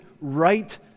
right